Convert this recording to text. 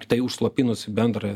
tai užslopinus bendrą